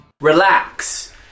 Relax